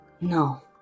No